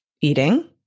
eating